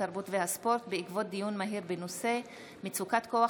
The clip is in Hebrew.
התרבות והספורט בעקבות דיון מהיר בהצעתו של חבר